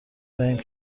دهیم